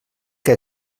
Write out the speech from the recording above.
que